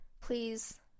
Please